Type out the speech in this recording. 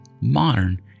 modern